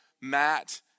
Matt